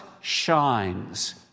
shines